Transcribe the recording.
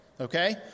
Okay